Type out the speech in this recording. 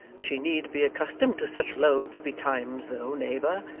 she need be accustomed to such loads betimes though, neighbor,